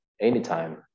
anytime